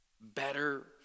better